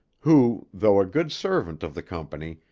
who, though a good servant of the company,